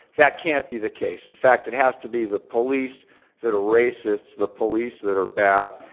that can't be the case. in fact, it has to be the police that are racist, the police that are bad,